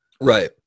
Right